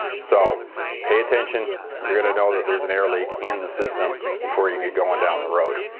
so pay attention you're going to know that there's an air leak in the system before you get going down the road.